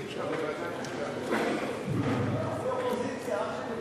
חוק סדר הדין הפלילי (חקירת חשודים)